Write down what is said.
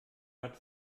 bad